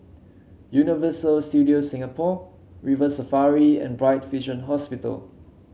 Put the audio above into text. Universal Studios Singapore River Safari and Bright Vision Hospital